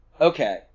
Okay